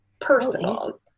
personal